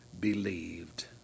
Believed